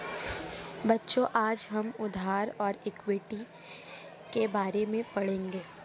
बच्चों आज हम उधार और इक्विटी के बारे में पढ़ेंगे